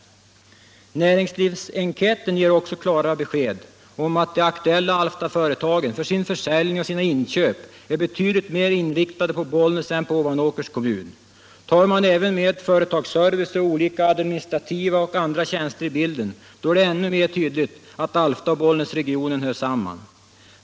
Näringslivsenkäten ger också klart besked om att de aktuella Alftaföretagen för sin försäljning och sina inköp är betydligt mer inriktade på Bollnäs än på Ovanåkers kommun. Tar man även med företagsservice och olika administrativa och andra tjänster i bilden, är det ännu mer tydligt att Alfta och Bollnäs regioner hör samman.